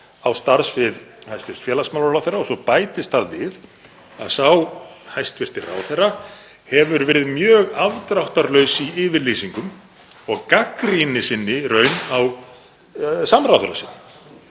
á starfssvið hæstv. félagsmálaráðherra og svo bætist það við að sá hæstv. ráðherra hefur verið mjög afdráttarlaus í yfirlýsingum og gagnrýni sinni í raun á samráðherra sinn.